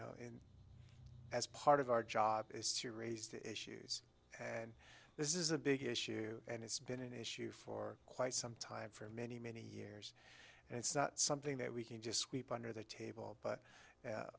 know as part of our job is to raise the issues and this is a big issue and it's been an issue for quite some time for many many years and it's not something that we can just sweep under the table but